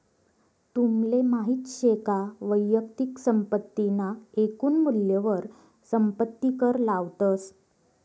तुमले माहित शे का वैयक्तिक संपत्ती ना एकून मूल्यवर संपत्ती कर लावतस